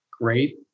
great